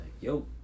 yo